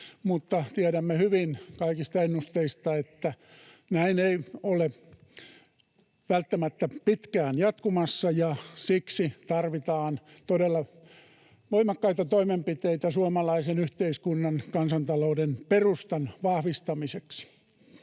tiedämme hyvin kaikista ennusteista, että näin ei ole välttämättä pitkään jatkumassa, ja siksi tarvitaan todella voimakkaita toimenpiteitä suomalaisen yhteiskunnan ja kansantalouden perustan vahvistamiseksi.